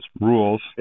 rules